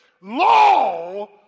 law